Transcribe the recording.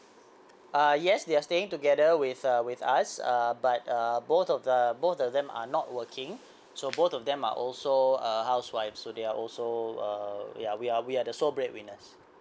ah yes they are staying together with uh with us uh but err both of the both of them are not working so both of them are also uh housewife so they are also uh ya we are we are the sole bread winners